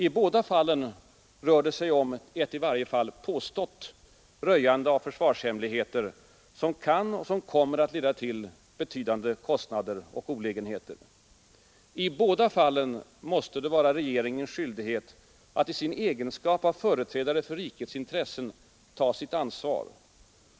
I båda fallen rör det sig om ett — i varje fall påstått — röjande av försvarshemligheter, som kan och som kommer att leda till betydande kostnader och olägenheter. I båda fallen måste det vara regeringens skyldighet att i sin egenskap av företrädare för rikets intressen ta sitt ansvar.